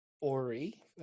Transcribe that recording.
ori